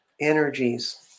energies